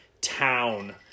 town